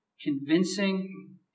convincing